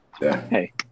hey